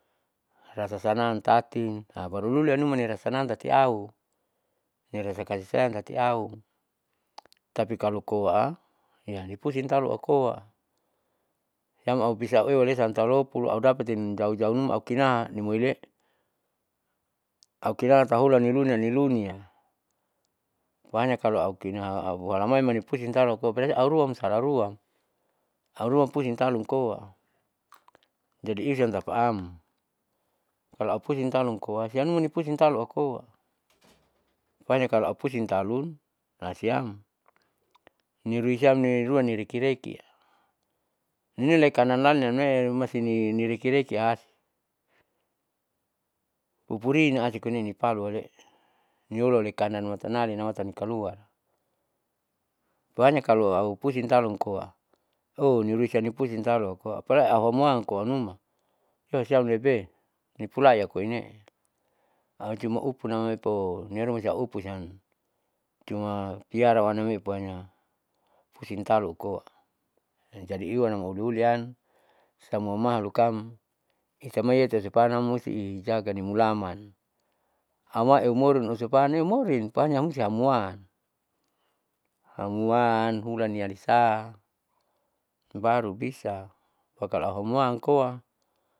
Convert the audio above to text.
Rasa sanang tatin habaru lulianuma rasa sanang tati aurasa kasi saying tati au, tapi kalo koa iyalipusing talookoa siam aupisa ewalesa taulopu audapatin taujaunuma aukinaan nimuile. aukinaan tahulanilunianilunia po hanya kalo aukina auhalamaini pusing talokoa pinaauruam salaruam, auruam pusing talumkoa jadi isiantapa am kalo au pusiang tanum koa sianuman nipusiang talo akoa pohanya kalo aupusing talun siam niruisiam nirua nirikirekia masini nirekirekiasi upuririnasi koine'e nipalowale'e niolalekanan matanalinamatanikalua. pohanya kalo au pusing talun koa oniarurisiani pusing talokoa polai auhuaman koanuma posiam lebe nipulai koine'e aucuma upunamme poniaruma siam upusiam cuma piarawaname'e pohanya pusiang talokoa, jadi iwanama uliulian samua mahlukkam itamaietausupannam musti ijagani mulaman aumaeumorin usupan eumorin pohaya musti hamwaan. hamwaan hulanilialisa baru bisa po kalo auhamwan koa.